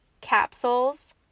capsules